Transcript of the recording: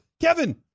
Kevin